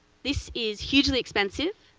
this is hugely expensive.